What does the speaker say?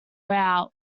out